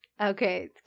Okay